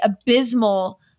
abysmal